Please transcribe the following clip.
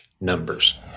numbers